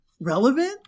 relevant